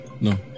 No